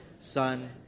Son